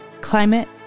climate